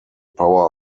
power